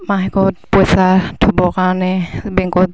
মাহেকত পইচা থবৰ কাৰণে বেংকত